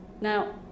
now